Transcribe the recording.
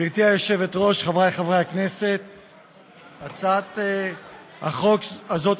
איזו ועדה תמשיך בטיפול בהצעת החוק הנ"ל.